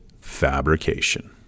fabrication